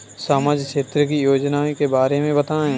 सामाजिक क्षेत्र की योजनाओं के बारे में बताएँ?